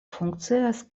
funkcias